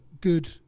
good